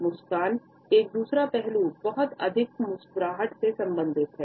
मुस्कान का दूसरा पहलू बहुत अधिक मुस्कुराहट से संबंधित है